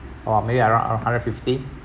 or maybe around a hundred fifty